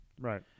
Right